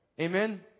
Amen